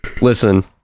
Listen